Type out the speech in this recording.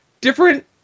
different